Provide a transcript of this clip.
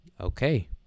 okay